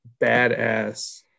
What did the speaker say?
badass